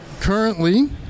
currently